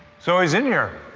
so, he's in here.